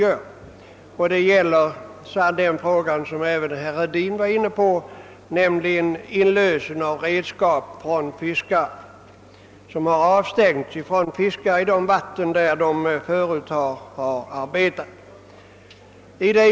Detsamma gäller den fråga som herr Hedin nyss var inne på, nämligen inlösen av redskap i fråga om fiskare som har avstängts från fiske i de vatten där de tidigare har arbetat.